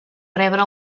rebre